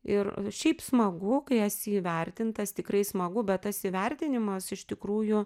ir šiaip smagu kai esi įvertintas tikrai smagu bet tas įvertinimas iš tikrųjų